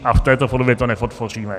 A v této podobě to nepodpoříme.